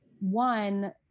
One